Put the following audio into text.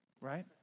right